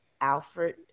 Alfred